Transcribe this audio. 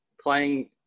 playing